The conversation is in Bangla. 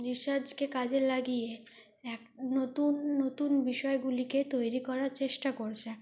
রিসার্চকে কাজে লাগিয়ে এক নতুন নতুন বিষয়গুলিকে তৈরি করার চেষ্টা করছে